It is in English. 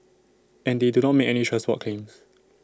and they do not make any transport claims